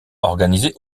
organisés